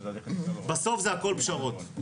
בסוף זה הכול פשרות.